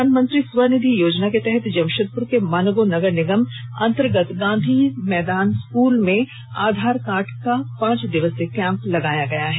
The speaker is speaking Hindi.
प्रधानमंत्री स्वनिधि योजना के तहत जमशेदप्र के मानगो नगर निगम अंतर्गत गांधी मैदान स्कूल में आधार कार्ड का पांच दिवसीय कैंप लगाया गया है